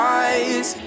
eyes